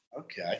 okay